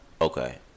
Okay